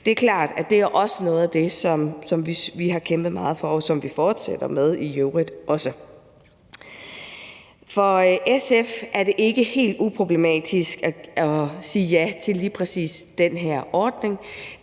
Det er klart, at det også er noget af det, som vi har kæmpet meget for, og som vi i øvrigt også fortsætter med at kæmpe for. For SF er det ikke helt uproblematisk at sige ja til lige præcis den her ordning.